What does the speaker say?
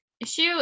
issue